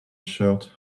shirt